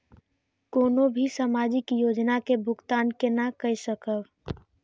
कोनो भी सामाजिक योजना के भुगतान केना कई सकब?